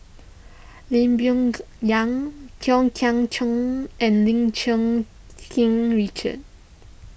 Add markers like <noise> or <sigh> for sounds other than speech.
Lee Boon <unintelligible> Yang Kwok Kian Chow and Lim Cherng King Richard